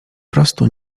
prostu